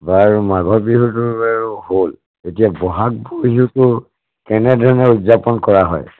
বাৰু মাঘৰ বিহুটো বাৰু হ'ল এতিয়া ব'হাগ বিহুটো কেনেধৰণে উদযাপন কৰা হয়